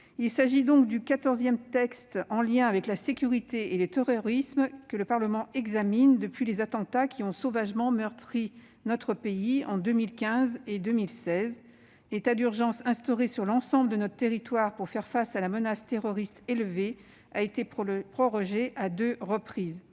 Il s'agit donc du quatorzième texte en lien avec la sécurité et le terrorisme que le Parlement examine depuis les attentats qui ont sauvagement meurtri notre pays, en 2015 et en 2016. L'état d'urgence, instauré sur l'ensemble du territoire pour faire face à la menace terroriste élevée, a été prorogé à deux reprises.